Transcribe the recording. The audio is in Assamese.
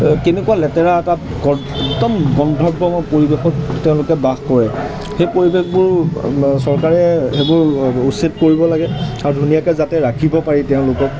এই কেনেকুৱা লেতেৰা এটা গ একদম গন্ধব্যময় পৰিৱেশত তেওঁলোকে বাস কৰে সেই পৰিৱেশবোৰ চৰকাৰে সেইবোৰ উচ্চেদ কৰিব লাগে আৰু ধুনীয়াকৈ যাতে ৰাখিব পাৰি তেওঁলোকক